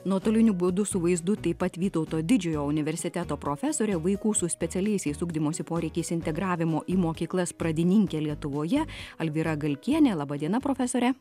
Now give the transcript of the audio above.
nuotoliniu būdu su vaizdu taip pat vytauto didžiojo universiteto profesorė vaikų su specialiaisiais ugdymosi poreikiais integravimo į mokyklas pradininkė lietuvoje alvyra galkienė laba diena profesore